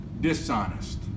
dishonest